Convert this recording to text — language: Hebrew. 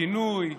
שינוי,